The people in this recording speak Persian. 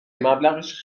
مبلغش